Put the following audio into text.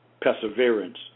perseverance